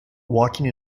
walking